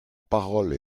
parole